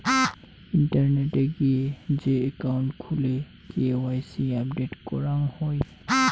ইন্টারনেটে গিয়ে যে একাউন্ট খুলে কে.ওয়াই.সি আপডেট করাং হই